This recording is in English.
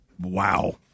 Wow